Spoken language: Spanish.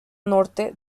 norte